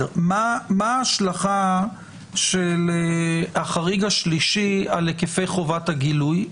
מה ההשלכה של החריג השלישי על היקפי חובת הגילוי?